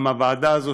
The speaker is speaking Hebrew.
גם הוועדה הזו,